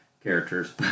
characters